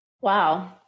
Wow